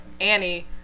Annie